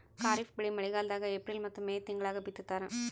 ಖಾರಿಫ್ ಬೆಳಿ ಮಳಿಗಾಲದಾಗ ಏಪ್ರಿಲ್ ಮತ್ತು ಮೇ ತಿಂಗಳಾಗ ಬಿತ್ತತಾರ